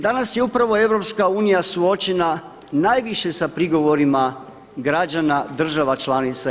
Danas je upravo EU suočena najviše sa prigovorima građana država članica EU.